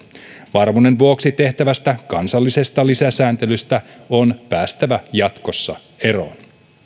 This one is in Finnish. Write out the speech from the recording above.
varmuuden vuoksi tehtävästä kansallisesta lisäsääntelystä on päästävä jatkossa eroon